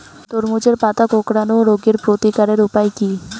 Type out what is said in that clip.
তরমুজের পাতা কোঁকড়ানো রোগের প্রতিকারের উপায় কী?